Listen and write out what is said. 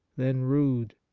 then rude,